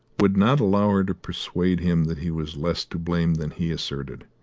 would not allow her to persuade him that he was less to blame than he asserted,